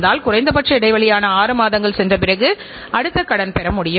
இந்தஇயக்கசுழற்சியின் கால அளவை நாம் அளவிட முடியும்